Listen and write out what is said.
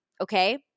okay